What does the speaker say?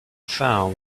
foul